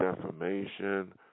defamation